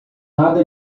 nada